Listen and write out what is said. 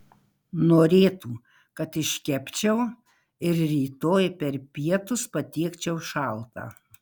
norėtų kad iškepčiau ir rytoj per pietus patiekčiau šaltą